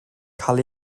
cael